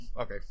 okay